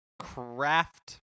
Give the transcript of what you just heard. craft